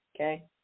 Okay